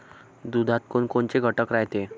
दुधात कोनकोनचे घटक रायते?